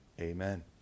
amen